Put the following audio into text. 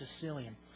Sicilian